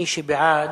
מי שבעד,